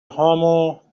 هامو